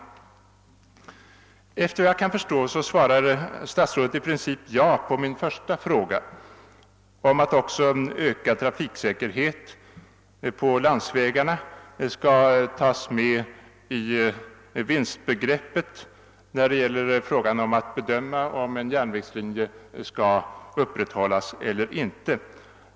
Efter vad jag kan förstå svarar statsrådet i princip ja på min första fråga om också ökad trafiksäkerhet på landsvägarna skall tas med i vinstbegreppet vid bedömningen av om en järnvägslinje skall upprätthållas eller inte.